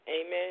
Amen